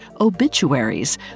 Obituaries